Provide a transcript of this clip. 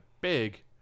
big